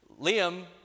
Liam